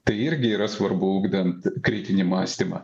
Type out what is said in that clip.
tai irgi yra svarbu ugdant kritinį mąstymą